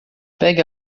pegue